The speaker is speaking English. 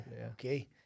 Okay